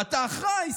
ואתה אחראי,